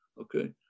okay